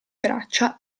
braccia